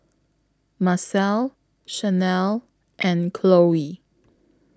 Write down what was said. Marcelle Shanelle and Chloie